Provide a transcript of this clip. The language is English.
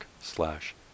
slash